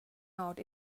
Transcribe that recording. out